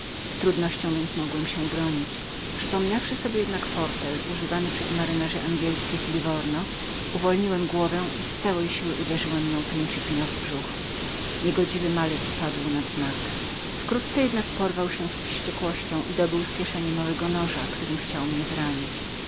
z trudnością więc mogłem się bronić przypomniawszy sobie jednak fortel używany przez majtków angielskich w liwurnie pochyliłem głowę i z całej siły uderzyłem principina w brzuch niegodziwy malec padł na wznak wkrótce jednak porwał się z wściekłością i dobył z kieszeni małego noża którym chciał mnie zranić